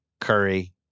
Curry